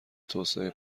توسعه